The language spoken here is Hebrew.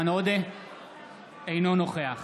אינו נוכח